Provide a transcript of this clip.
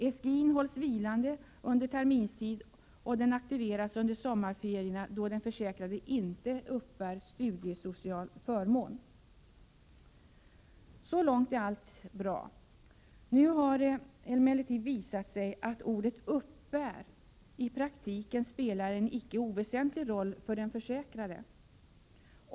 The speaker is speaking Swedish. SGI-n hålls vilande under terminstid och aktiveras under sommarferierna, då den försäkrade inte uppbär studiesocial förmån. Så långt är allt bra. Nu har det emellertid visat sig att ordet ”uppbär” i praktiken spelar en icke oväsentlig roll för den försäkrade.